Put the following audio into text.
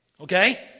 Okay